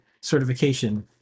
certification